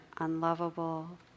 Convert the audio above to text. unlovable